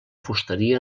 fusteria